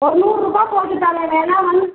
ஒரு நூறுரூபா போட்டு தரேன் வேணால் வந்